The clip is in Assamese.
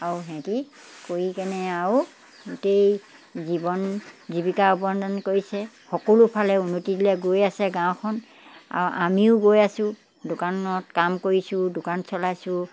আও সিহঁতে কৰি কেনে আৰু গোটেই জীৱন জীৱিকা অৰ্জন কৰিছে সকলো ফালে উন্নতি দিশলৈ গৈ আছে গাঁওখন আৰু আমিও গৈ আছোঁ দোকানত কাম কৰিছোঁ দোকান চলাইছোঁ